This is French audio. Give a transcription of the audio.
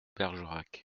bergerac